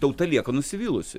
tauta lieka nusivylusi